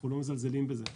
אנחנו לא מזלזלים בזה,